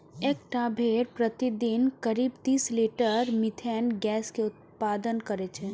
एकटा भेड़ प्रतिदिन करीब तीस लीटर मिथेन गैस के उत्पादन करै छै